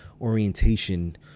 orientation